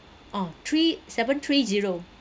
oh three seven three zero